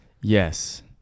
Yes